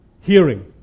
hearing